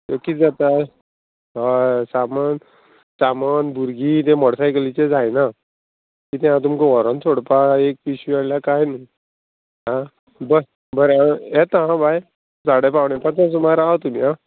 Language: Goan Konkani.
त्यो किदें जाता हय सामन सामान भुरगीं तें मोटरसायकलीचें जायना कितें हांव तुमकां व्होरोन सोडपा एक पिशवी हाडल्यार कांय न्ही आं बरें आं हांव येता हां बाय झाड पावणे पांचा सुमार रावा तुमी आं